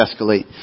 escalate